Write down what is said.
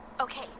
Okay